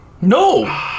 No